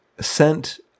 sent